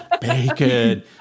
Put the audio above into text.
Bacon